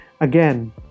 again